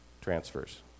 transfers